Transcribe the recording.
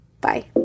Bye